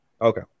Okay